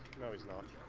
is not